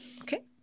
Okay